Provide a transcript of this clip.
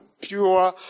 pure